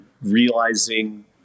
realizing